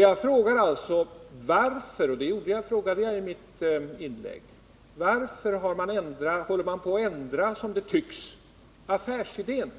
Jag frågar, vilket jag också gjorde i mitt tidigare inlägg: Varför håller man, som det tycks, på att ändra affärsidén?